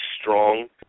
strong